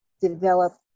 develop